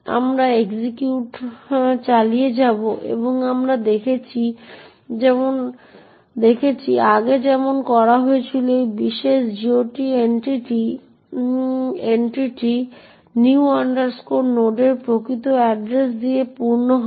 আমরা এক্সিকিউট করা চালিয়ে যাব এবং আমরা দেখছি আগে যেমন করা হয়েছিল এই বিশেষ GOT এন্ট্রিটি new node এর প্রকৃত এড্রেস দিয়ে পূর্ণ হবে